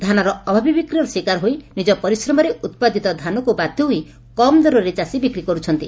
ଧାନର ଅଭାବୀ ବିକ୍ରିର ଶିକାର ହୋଇ ନିକ ପରିଶ୍ରମରେ ଉପାଜିତ ଧାନକୁ ବାଧ ହୋଇ କମ୍ ଦରରେ ଚାଷୀ ବିକ୍ରି କର୍ଛନ୍ତି